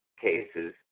cases